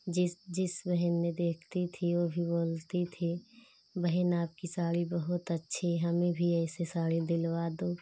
जिस जिस बहन ने देखती थी वो भी बोलती थी बहन आपकी साड़ी बहुत अच्छी है हमें भी ऐसी साड़ी दिलवा दो